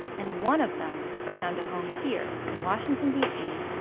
and one of them found a home here in washington d c,